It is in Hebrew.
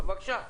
בבקשה.